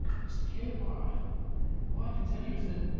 mr. caleb, ah all i can tell you is that